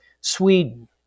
Sweden